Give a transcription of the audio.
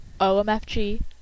OMFG